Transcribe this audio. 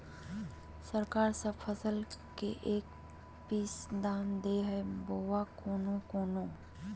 सरकार सब फसल के लिए एक फिक्स दाम दे है बोया कोनो कोनो?